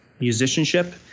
musicianship